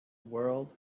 world